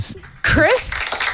Chris